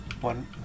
One